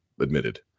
admitted